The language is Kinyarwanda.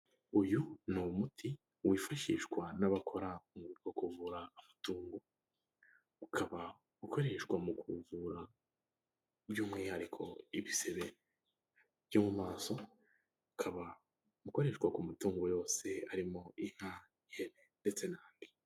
Uyu ni umuti wifashishwa n'abakora umwuga wo kuvura amatungo, ukaba ukoreshwa mu kuvura by'umwihariko ibisebe byo mu maso, ukaba ukoreshwa ku matungo yose harimo inka ihene ndetse n'ahandi.